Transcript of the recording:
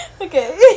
Okay